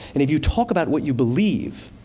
if you talk about what you believe,